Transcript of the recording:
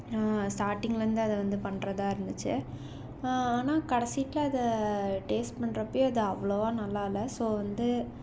ஸ்டார்டிங்லேந்து அது வந்து பண்ணுறதா இருந்துச்சு ஆனால் கடைசியில் அதை டேஸ்ட் பண்றப்ப அது அவ்வளவாக நல்லாயில்ல ஸோ வந்து